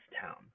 town